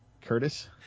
Curtis